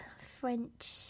French